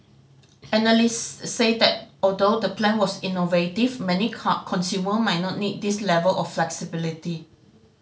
analysts said that although the plan was innovative many consumer might not need this level of flexibility